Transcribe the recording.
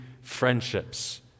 friendships